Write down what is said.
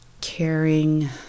caring